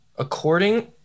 According